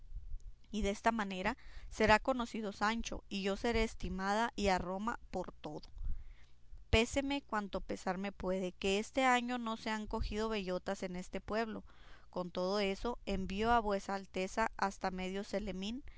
y desta manera será conocido sancho y yo seré estimada y a roma por todo pésame cuanto pesarme puede que este año no se han cogido bellotas en este pueblo con todo eso envío a vuesa alteza hasta medio celemín